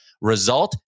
Result